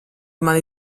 mani